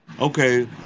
Okay